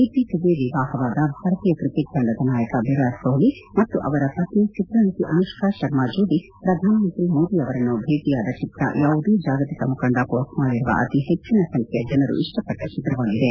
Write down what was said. ಇತ್ತೀಚೆಗೆ ವಿವಾಹವಾದ ಭಾರತೀಯ ಕ್ರಿಕೆಟ್ ತಂಡದ ನಾಯಕ ವಿರಾಟ್ ಕೊಟ್ಲಿ ಮತ್ತು ಅವರ ಪತ್ರಿ ಚಿತ್ರನಟ ಅನುಷ್ಲಾ ಶರ್ಮ ಜೋಡಿ ಪ್ರಧಾನಮಂತ್ರಿ ಮೋದಿ ಅವರನ್ನು ಭೇಟಿಯಾದ ಚಿತ್ರ ಯಾವುದೇ ಜಾಗತಿಕ ಮುಖಂಡ ಪೋಸ್ಟ್ ಮಾಡಿರುವ ಅತಿ ಹೆಟ್ಟಿನ ಸಂಖ್ಯೆಯ ಜನರು ಇಷ್ಟಪಟ್ಟ ಚಿತ್ರವಾಗಿದೆ